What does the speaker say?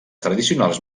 tradicionals